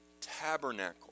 tabernacle